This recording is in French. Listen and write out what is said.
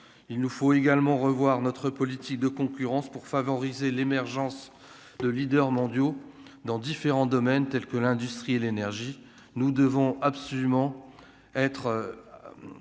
il nous faut également revoir notre politique de concurrence pour favoriser l'émergence de leaders mondiaux dans différents domaines tels que l'industrie et l'énergie, nous devons absolument être